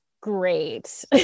great